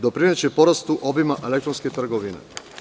Doprineće porastu obima elektronske trgovine.